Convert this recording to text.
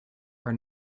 are